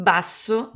Basso